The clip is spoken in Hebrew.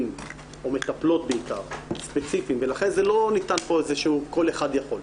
או מטפלות בעיקר ולכן זה לא ניתן פה איזשהו כל אחד יכול.